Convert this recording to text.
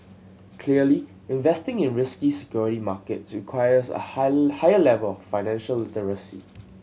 clearly investing in risky security markets requires a high higher level of financial literacy